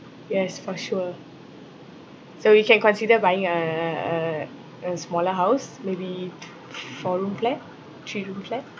yes for sure so we can consider buying a a a smaller house maybe f~ four room flat three room flat